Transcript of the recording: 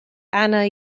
anna